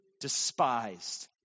despised